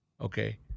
Okay